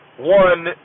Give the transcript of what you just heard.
one